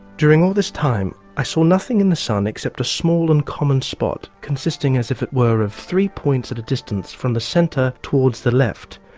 during all this time i saw nothing in the sun except a small and common spot consisting as if it were of three points at a distance from the centre towards the left,